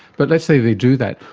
but let's say they do that.